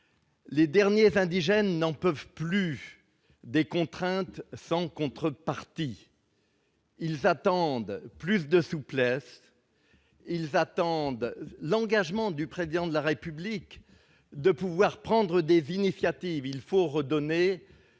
Les derniers indigènes n'en peuvent plus des contraintes sans contrepartie. Ils attendent plus de souplesse ; ils attendent l'engagement du Président de la République leur permettant de prendre des initiatives. Il faut redonner